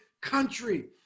country